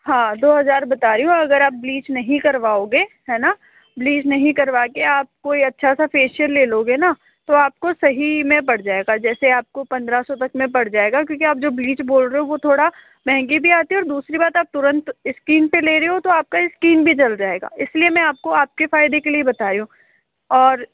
हाँ दो हज़ार बता रही हूँ अगर आप ब्लीच नहीं करवाओगे है न ब्लीच नहीं करवाके आप कोई अच्छा सा फेसिअल ले लोगे न तो आपको सही में पड़ जायेगा जैसे आपको पंद्रह सौ तक में पड़ जायेगा आप जो ब्लीच बोल रहे हो वह थोड़ा महंगी में भी आते हैं और दूसरी बात आप तुरंत स्किन पर ले रहे हो तो आपका स्किन भी जल जायेगा इसलिए मैं आपको आपके फायदे के लिए ही बता रही हूँ और